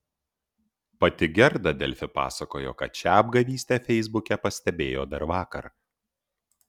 pati gerda delfi pasakojo kad šią apgavystę feisbuke pastebėjo dar vakar